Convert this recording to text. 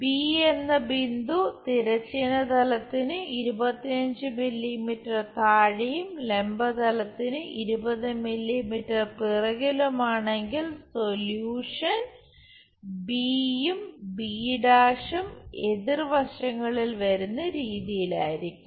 B എന്ന ബിന്ദു തിരശ്ചീന തലത്തിനു 25 മില്ലീമീറ്റർ താഴെയും ലംബ തലത്തിനു 20 മില്ലീമീറ്റർ പിറകിലുമാണെങ്കിൽ സൊല്യൂഷൻ യും b' ഉം എതിർവശങ്ങളിൽ വരുന്ന രീതിയിലായിരിക്കും